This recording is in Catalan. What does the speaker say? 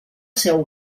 seu